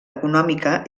econòmica